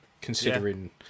considering